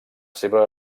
seva